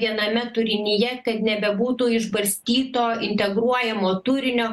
viename turinyje kad nebebūtų išbarstyto integruojamo turinio